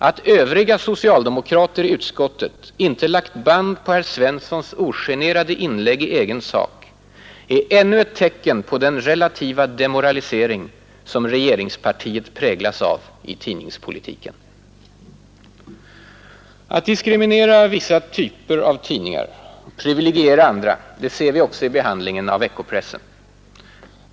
Att övriga socialdemokrater i utskottet inte lagt band på herr Svenssons ogenerade inlägg i egen sak är ännu ett tecken på den relativa demoralisering som regeringspartiet präglas av i tidningspolitiken. Att man diskriminerar vissa typer av tidningar och privilegierar andra ser vi också i behandlingen av veckopressen.